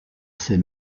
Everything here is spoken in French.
ses